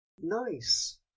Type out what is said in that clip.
Nice